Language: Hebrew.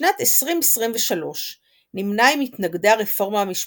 בשנת 2023 נמנה עם מתנגדי הרפורמה המשפטית,